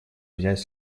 взять